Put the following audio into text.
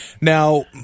Now